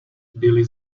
byly